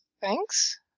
Thanks